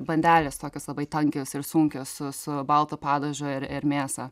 bandelės tokios labai tankios ir sunkios su su baltu padažu ir ir mėsa